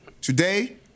Today